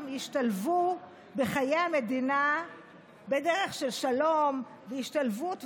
ישתלבו בחיי המדינה בדרך של שלום והשתלבות,